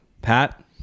Pat